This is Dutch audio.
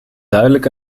duidelijk